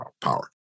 power